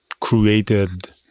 created